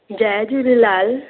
Jay Jhulelal